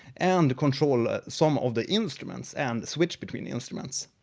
and control some of the instruments, and switch between instruments.